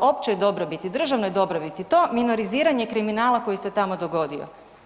općoj dobrobiti, državnoj dobrobiti to minoriziranje kriminala koji se tamo dogodio.